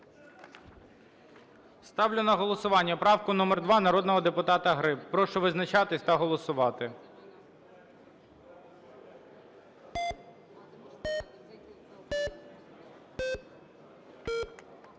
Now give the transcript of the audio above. Ставлю на голосування правку номер 2 народного депутата Гриб. Прошу визначатись та голосувати.